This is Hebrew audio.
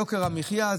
יוקר המחיה,